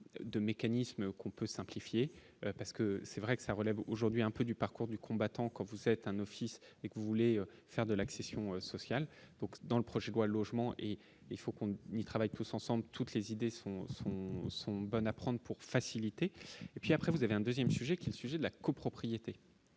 de mécanismes qu'on peut simplifier parce que c'est vrai que ça relève aujourd'hui un peu du parcours du combattant, quand vous êtes un office et que vous voulez faire de l'accession sociale, donc dans le projet de loi logement et il faut qu'on ne y travaille tous ensemble, toutes les idées sont sont bonnes à prendre pour faciliter et puis après vous avez un 2ème sujet qui le sujet de la copropriété,